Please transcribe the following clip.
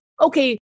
Okay